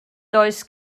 does